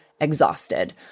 exhausted